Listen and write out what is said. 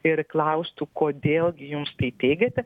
ir klaustų kodėl gi jums tai teigiate